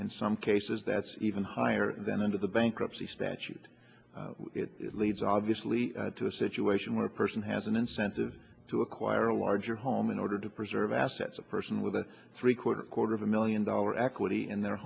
in some cases that's even higher than under the bankruptcy statute leads obviously to a situation where a person has an incentive to acquire a larger home in order to preserve assets a person with a three quarter quarter of a million dollar equity in their